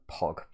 pog